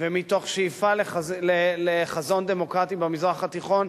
ומתוך שאיפה לחזון דמוקרטי במזרח התיכון,